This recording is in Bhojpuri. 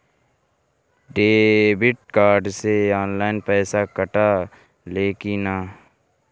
डेबिट कार्ड से ऑनलाइन पैसा कटा ले कि ना?